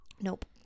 nope